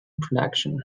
production